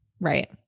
Right